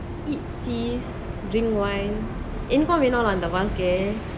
eat cheese drink wine என்னாகும் வேணும்ல அந்த வாழ்க:ennakum venumla antha vazhka